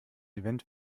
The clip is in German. event